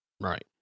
Right